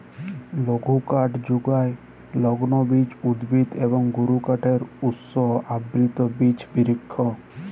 লঘুকাঠ যুগায় লগ্লবীজ উদ্ভিদ এবং গুরুকাঠের উৎস আবৃত বিচ বিরিক্ষ